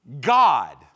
God